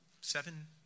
seven